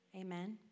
Amen